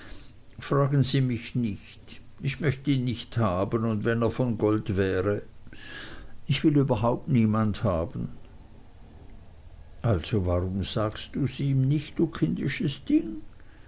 fragen sie mich nicht ich möcht ihn nicht haben und wenn er von gold wäre ich will überhaupt niemand haben also warum sagst dus ihm nicht du kindisches ding